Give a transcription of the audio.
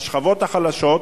השכבות החלשות,